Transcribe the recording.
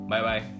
Bye-bye